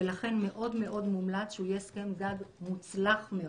ולכן מאוד מאוד מומלץ שהוא יהיה הסכם גג מוצלח מאוד,